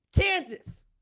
Kansas